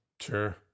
Sure